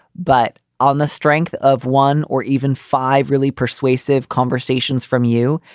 but on the strength of one or even five really persuasive conversations from you,